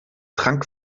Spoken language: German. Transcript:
trank